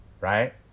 right